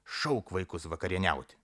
šauk vaikus vakarieniauti